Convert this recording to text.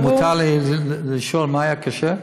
מותר לי לשאול מה היה קשה?